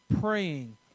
praying